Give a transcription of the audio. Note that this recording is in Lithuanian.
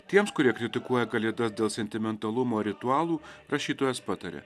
tiems kurie kritikuoja kalėdas dėl sentimentalumo ritualų rašytojas pataria